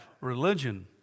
religion